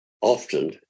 often